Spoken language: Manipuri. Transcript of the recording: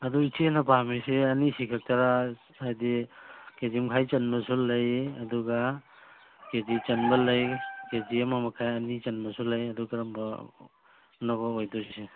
ꯑꯗꯨ ꯏꯆꯦꯅ ꯄꯥꯝꯃꯤꯁꯦ ꯑꯅꯤꯁꯤꯈꯛꯇꯔ ꯍꯥꯏꯗꯤ ꯀꯦ ꯖꯤ ꯃꯈꯥꯏ ꯆꯟꯕꯁꯨ ꯂꯩ ꯑꯗꯨꯒ ꯀꯩ ꯖꯤ ꯆꯟꯕ ꯂꯩ ꯀꯦ ꯖꯤ ꯑꯃꯃꯈꯥꯏ ꯑꯅꯤ ꯆꯟꯕꯁꯨ ꯂꯩ ꯑꯗꯨ ꯀꯔꯝꯕꯅꯣꯕ ꯑꯣꯏꯗꯣꯏꯁꯦ